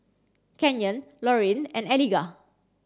Canyon Lorayne and Eligah